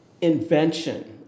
invention